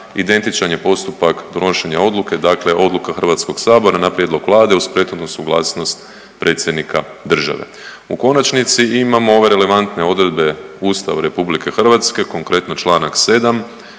identičan je postupak donošenja odluke, dakle Odluka Hrvatskog sabora na prijedlog Vlade uz prethodnu suglasnost predsjednika države. U konačnici imamo ove relevantne odredbe Ustava RH konkretno članak 7.